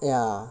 ya